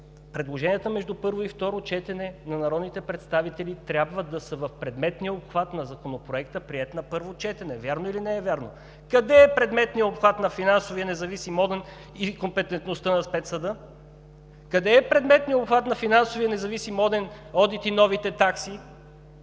предложенията между първо и второ четене на народните представители трябва да са в предметния обхват на законопроекта, приет на първо четене. Вярно ли е, или не е вярно? Къде е предметният обхват на финансовия независим одит и компетентността на спецсъда? Къде е предметният обхват на финансовия независим одит и новите такси?